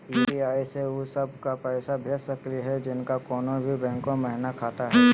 UPI स उ सब क पैसा भेज सकली हई जिनका कोनो भी बैंको महिना खाता हई?